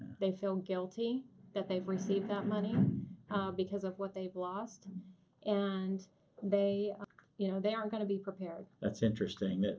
they feel guilty that they've received that money because of what they've lost and they you know they aren't going to be prepared. that's interesting.